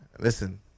Listen